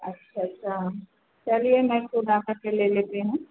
अच्छा अच्छा चलिए मैं खुद आकर के ले लेती हूँ